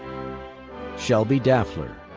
shelby daeffler,